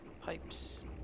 pipes